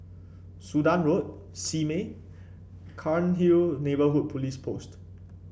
Sudan Road Simei Cairnhill Neighbourhood Police Post